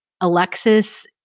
alexis